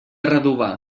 redovà